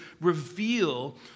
reveal